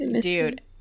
Dude